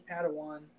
Padawan